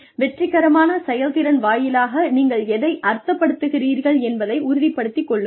வெற்றிகரமான செயல்திறன் வாயிலாக நீங்கள் எதை அர்த்தப்படுத்துகிறீர்கள் என்பதை உறுதிப் படுத்திக் கொள்ளுங்கள்